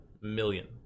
million